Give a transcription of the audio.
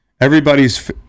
everybody's